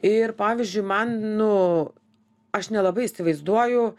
ir pavyzdžiui man nu aš nelabai įsivaizduoju